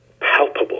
palpable